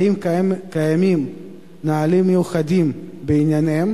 2. האם קיימים נהלים מיוחדים בעניינם?